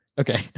Okay